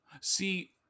See